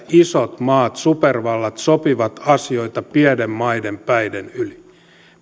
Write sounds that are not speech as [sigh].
[unintelligible] isot maat supervallat sopivat asioita pienten maiden päiden yli